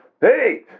Hey